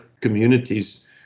communities